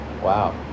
wow